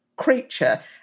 creature